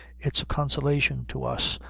its a consolation to us,